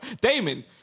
Damon